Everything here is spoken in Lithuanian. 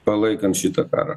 palaikant šitą karą